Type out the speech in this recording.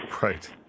Right